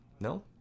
no